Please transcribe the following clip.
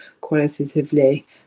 qualitatively